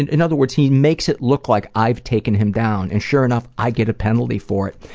and in other words, he makes it look like i've taken him down. and sure enough, i get a penalty for it.